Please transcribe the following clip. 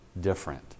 different